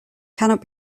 cannot